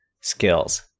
skills